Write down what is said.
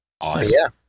Awesome